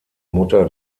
mutter